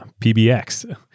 PBX